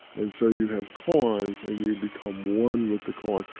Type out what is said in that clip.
and so you have koans and you become one with the koan.